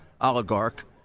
oligarch